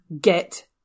get